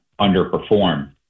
underperform